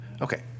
Okay